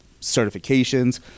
certifications